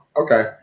Okay